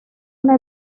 una